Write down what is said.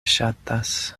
ŝatas